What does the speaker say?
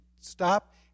stop